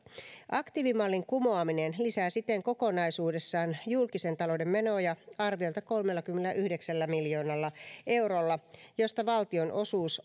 aktiivimallin kumoaminen lisää siten kokonaisuudessaan julkisen talouden menoja arviolta kolmellakymmenelläyhdeksällä miljoonalla eurolla josta valtion osuus